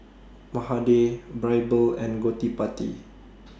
Mahade Birbal and Gottipati